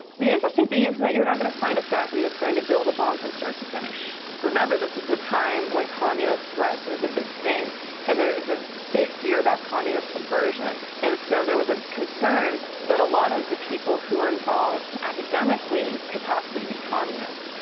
the interesting thing is that you're not gonna find a factory that's going to build a bomb from start to finish. remember, this is the time when communist threat is a big thing and there is a big fear about communist subversion and so there was a concern that a lot of the people who were involved academically could possibly be communist.